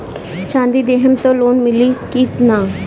चाँदी देहम त लोन मिली की ना?